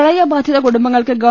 പ്രളയബാധിതകുടുംബങ്ങൾക്ക് ഗവ